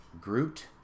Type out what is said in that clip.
Groot